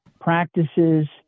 practices